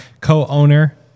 co-owner